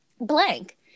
blank